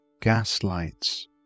gaslights